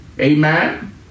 amen